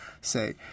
say